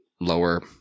lower